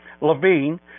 Levine